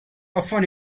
often